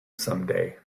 someday